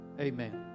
amen